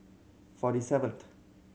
forty seventh